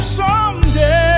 someday